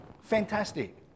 Fantastic